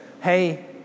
hey